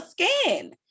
skin